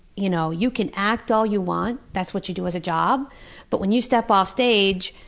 you know you can act all you want that's what you do as a job but when you step off stage,